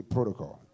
Protocol